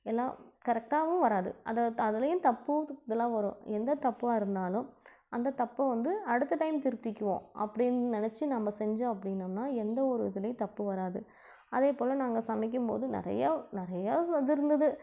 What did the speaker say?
எல்லாம் கரெக்டாகவும் வராது அதை அதிலையும் தப்பு து இதெல்லாம் வரும் எந்த தப்பாக இருந்தாலும் அந்த தப்பை வந்து அடுத்த டைம் திருத்திக்குவோம் அப்படின்னு நினச்சி நம்ப செஞ்சோம் அப்படின்னம்னா எந்த ஒரு இதிலையும் தப்பு வராது அதே போல நாங்கள் சமைக்கும்போதும் நிறையா நிறையா இது இருந்துது